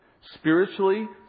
spiritually